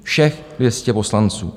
Všech 200 poslanců.